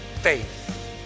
faith